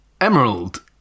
Emerald